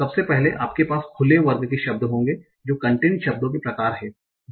सबसे पहले आपके पास खुले वर्ग के शब्द होंगे जो कंटैंट शब्दों के प्रकार हैं